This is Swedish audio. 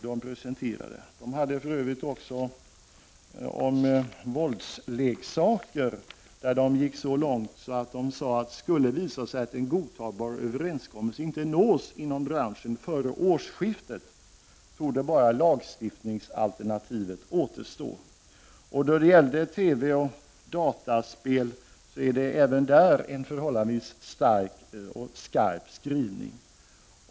Lagutskottet gick också så långt i fråga om våldsleksaker att man sade att om det skulle visa sig att en godtagbar överenskommelse inte nås inom branschen före årsskiftet torde bara lagstiftningsalternativet återstå. I fråga om TV och dataspel gjordes även en förhållandevis skarp skrivning.